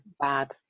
bad